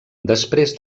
després